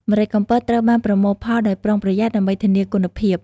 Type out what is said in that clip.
ម្រេចកំពតត្រូវបានប្រមូលផលដោយប្រុងប្រយ័ត្នដើម្បីធានាគុណភាព។